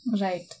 Right